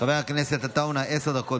חבר הכנסת עטאונה, עשר דקות